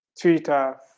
Twitter